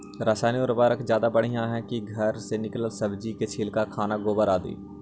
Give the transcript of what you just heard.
रासायन उर्वरक ज्यादा बढ़िया हैं कि घर से निकलल सब्जी के छिलका, खाना, गोबर, आदि?